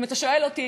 ואם אתה שואל אותי,